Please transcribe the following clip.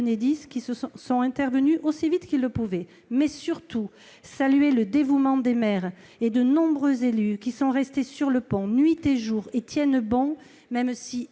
qui sont intervenus aussi vite qu'ils le pouvaient, mais surtout saluer le dévouement des maires et de nombreux élus qui sont restés sur le pont, nuit et jour, et tiennent bon, même